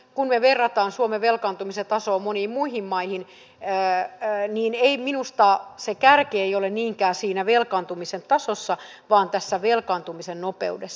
kun me vertaamme suomen velkaantumisen tasoa moniin muihin maihin niin ei minusta se kärki ole niinkään siinä velkaantumisen tasossa vaan tässä velkaantumisen nopeudessa